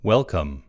Welcome